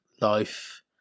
life